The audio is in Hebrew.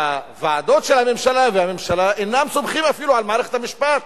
והוועדות של הממשלה והממשלה אינן סומכות אפילו על מערכת המשפט.